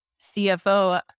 CFO